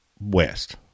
west